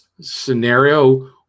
scenario